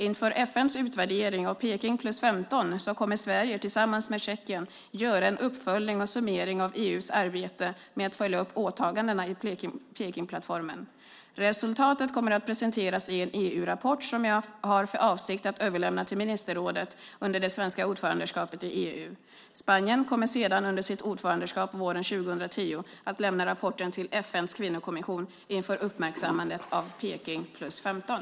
Inför FN:s utvärdering av Peking + 15 kommer Sverige tillsammans med Tjeckien att göra en uppföljning och summering av EU:s arbete med att följa upp åtagandena i Pekingplattformen. Resultatet kommer att presenteras i en EU-rapport som jag har för avsikt att överlämna till ministerrådet under det svenska ordförandeskapet i EU. Spanien kommer sedan under sitt ordförandeskap, våren 2010, att lämna rapporten till FN:s kvinnokommission inför uppmärksammandet av Peking + 15.